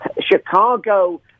Chicago